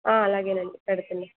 అలాగే అండి పెడుతున్న